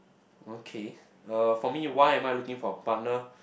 okay uh for me why am I looking for a partner